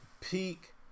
peak